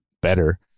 better